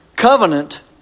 Covenant